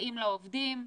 האם לעובדים,